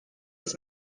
its